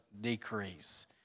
decrease